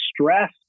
stress